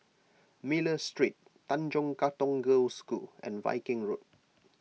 Miller Street Tanjong Katong Girls' School and Viking Road